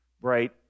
bright